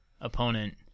opponent